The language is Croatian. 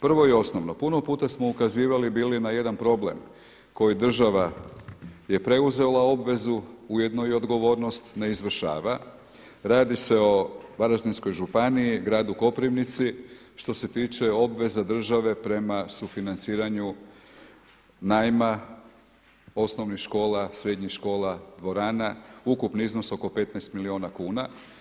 Prvo i osnovno, puno puta smo ukazivali bili na jedan problem koji država je preuzela obvezu ujedno i odgovornost ne izvršava, radi se o Varaždinskoj županiji, gradu Koprivnici, što se tiče obveza države prema sufinanciranju najma osnovnih škola, srednjih škola, dvorana, ukupni iznos oko 15 milijuna kuna.